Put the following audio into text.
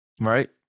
Right